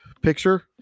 picture